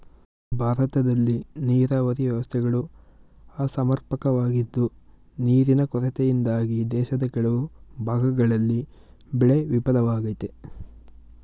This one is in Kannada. ಭಾರತದಲ್ಲಿ ನೀರಾವರಿ ವ್ಯವಸ್ಥೆಗಳು ಅಸಮರ್ಪಕವಾಗಿದ್ದು ನೀರಿನ ಕೊರತೆಯಿಂದಾಗಿ ದೇಶದ ಕೆಲವು ಭಾಗಗಳಲ್ಲಿ ಬೆಳೆ ವಿಫಲವಾಗಯ್ತೆ